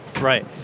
right